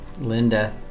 Linda